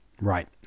Right